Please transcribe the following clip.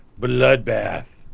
Bloodbath